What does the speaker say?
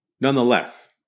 nonetheless